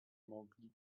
mogli